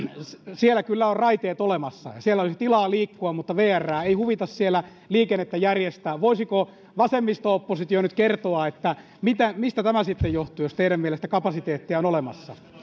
siellä kyllä on raiteet olemassa siellä olisi tilaa liikkua mutta vrää ei huvita siellä liikennettä järjestää voisiko vasemmisto oppositio nyt kertoa mistä tämä sitten johtuu jos teidän mielestänne kapasiteettia on olemassa